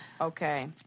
Okay